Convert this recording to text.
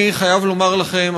אני חייב לומר לכם,